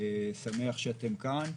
אני שמח שאתם כאן.